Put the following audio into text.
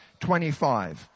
25